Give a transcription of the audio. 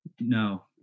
No